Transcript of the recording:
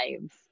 lives